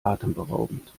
atemberaubend